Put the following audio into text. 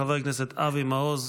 חבר הכנסת אבי מעוז,